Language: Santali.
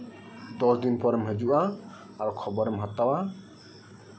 ᱟᱢ ᱫᱚᱥ ᱫᱤᱱ ᱯᱚᱨᱮᱢ ᱦᱤᱡᱩᱜᱼᱟ ᱟᱨ ᱠᱷᱚᱵᱚᱨᱮᱢ ᱦᱟᱛᱟᱣᱟ